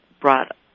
brought